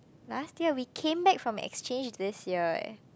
last year we came back from exchange this year eh